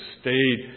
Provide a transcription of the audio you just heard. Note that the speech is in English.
stayed